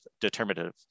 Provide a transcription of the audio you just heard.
determinative